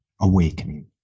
AWAKENING